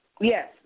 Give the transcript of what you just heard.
Yes